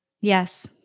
Yes